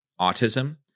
autism